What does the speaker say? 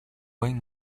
buen